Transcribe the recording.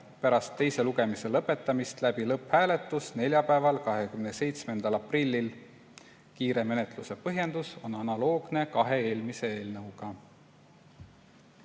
pärast teise lugemise lõpetamist läbi lõpphääletus neljapäeval, 27. aprillil. Kiire menetluse põhjendus on analoogne kahe eelmise eelnõuga.